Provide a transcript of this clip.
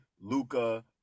Luca